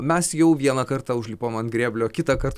mes jau vieną kartą užlipom ant grėblio kitąkart